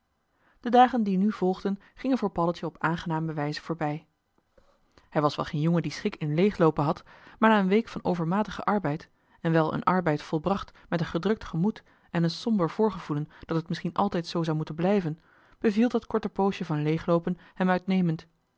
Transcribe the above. de dagen die nu volgden gingen voor paddeltje op aangename wijze voorbij hij was wel geen jongen die schik in leegloopen had maar na een week van overmatigen arbeid en wel een arbeid volbracht met een gedrukt gemoed en een somber voorgevoelen dat het misschien altijd zoo zou moeten blijven beviel dat korte poosje van leegloopen hem uitnemend